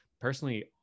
personally